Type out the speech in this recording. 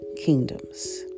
kingdoms